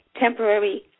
temporary